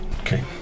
Okay